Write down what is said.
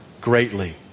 greatly